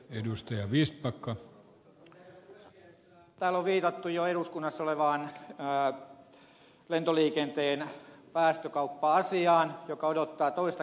täällä on viitattu jo eduskunnassa olevaan lentoliikenteen päästökauppa asiaan joka odottaa toista käsittelyä täällä